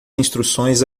instruções